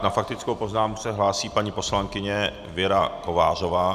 Na faktickou poznámku se hlásí paní poslankyně Věra Kovářová.